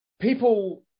people